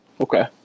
Okay